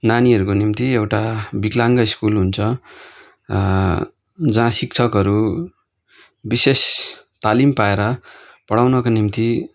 नानीहरूको निम्ति एउटा विकलाङ्ग स्कुल हुन्छ जहाँ शिक्षकहरू विशेष तालिम पाएर पढाउनको निम्ति